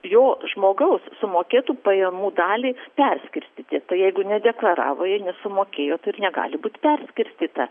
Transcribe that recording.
jo žmogaus sumokėtų pajamų dalį perskirstyti jeigu nedeklaravo ir nesumokėjo tai ir negali būt perskirstyta